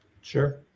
Sure